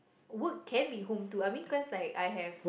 work can be home too I mean cause like I have